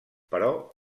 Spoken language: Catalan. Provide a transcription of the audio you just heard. però